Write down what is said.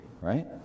right